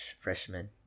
freshman